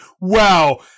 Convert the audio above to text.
wow